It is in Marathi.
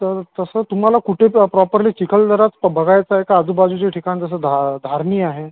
तर तसं तुम्हाला कुठे प्रॉपर्ली चिखलदराच बघायचं आहे का आजूबाजूची ठिकाणं जसं धा धारणी आहे